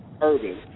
urban